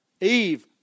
Eve